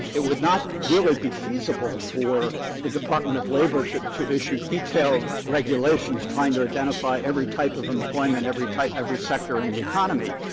it would not really be feasible for the department of labor to to issue detailed regulations trying to identify every type of employment, every type every sector in the economy.